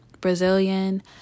Brazilian